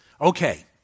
Okay